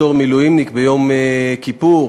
בתור מילואימניק ביום כיפור,